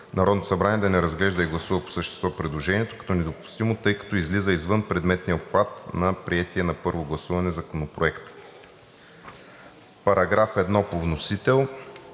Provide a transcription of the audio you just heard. Народното събрание да не разглежда и гласува по същество предложението като недопустимо, тъй като излиза извън предметния обхват на приетия на първо гласуване законопроект. Комисията подкрепя